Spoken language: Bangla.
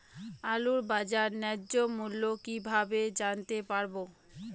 আলুর বাজার ন্যায্য মূল্য কিভাবে জানতে পারবো?